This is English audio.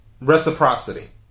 Reciprocity